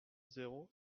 zéro